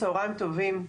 צהריים טובים,